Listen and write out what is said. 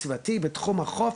סביבתי בתחום החוף,